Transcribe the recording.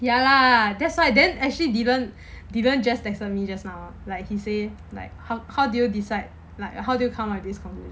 ya lah that's why then I didn't actually didn't just texted me just now like he say like how how do you decide like how do you come with this conclusion